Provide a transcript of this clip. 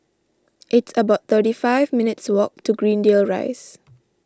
it's about thirty five minutes' walk to Greendale Rise